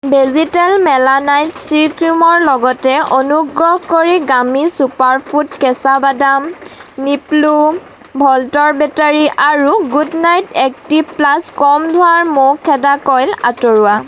ভেজীতেল মেলানাইট চি ক্ৰীমৰ লগতে অনুগ্ৰহ কৰি গামী চুপাৰফুড কেঁচা বাদাম নিপ্প' ভল্টৰ বেটাৰী আৰু গুড নাইট এক্টিভ প্লাছ কম ধোঁৱাৰ মহ খেদা কইল আঁতৰোৱা